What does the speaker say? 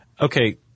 okay